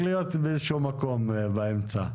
(ו)שלושה חברים לפחות מבין החברים המנויים בפסקאות